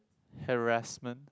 harassment